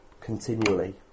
continually